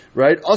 right